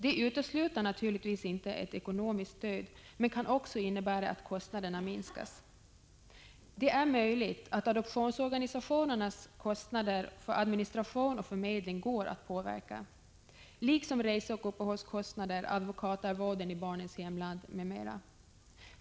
Det utesluter naturligtvis inte ett ekonomiskt = Regeringsbeslut om stöd men kan också innebära att kostnaderna minskas. Det är möjligt att — viss utredning av adopadoptionsorganisationernas kostnader för administration och förmedling går = tionsfråga att påverka, liksom reseoch uppehållskostnader, advokatarvoden i barnets hemland m.m.